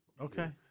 Okay